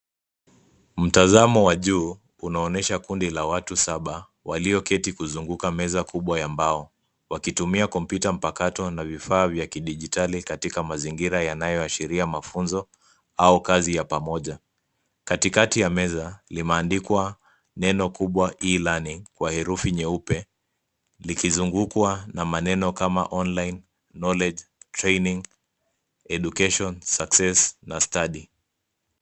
Mtazamo wa juu unaonyesha kundi la watu saba walioketi kuzunguka meza kubwa ya mbao, wakitumia kompyuta mpakato na vifaa vya kidijitali katika mazingira yanayoashiria mafunzo au kazi ya pamoja. Katikati ya meza limeandikwa neno kubwa E-LEARNING kwa herufi nyeupe likizungukwa na maneno kama Online, Knowledge, Training, Education, Success na study .